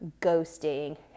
ghosting